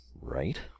right